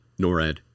NORAD